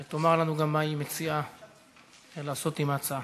היא תאמר לנו גם מה היא מציעה לעשות עם ההצעה.